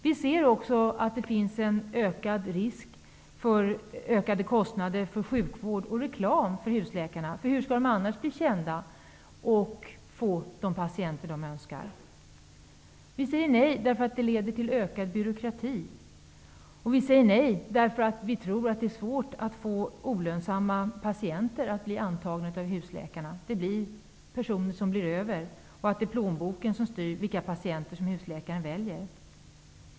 Vi anser också att det finns en risk för ökade kostnader för sjukvården och reklamen för husläkarna. Hur skall de annars göra sig kända och få de patienter de önskar? Vi säger nej därför att förslaget leder till ökad byråkrati. Vi säger nej därför att vi tror att det är svårt att få ''olönsamma'' patienter att bli antagna av husläkarna. Personer blir över, och plånboken styr vilka patienter husläkaren väljer.